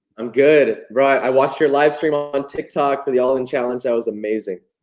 i'm good, right, i watched your live stream on tiktok for the online challenge, that was amazing.